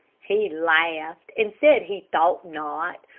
he laughed, and said he thought not,